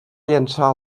llençar